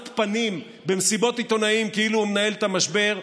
פנים במסיבות עיתונאים כאילו הוא מנהל את המשבר,